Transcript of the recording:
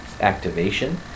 activation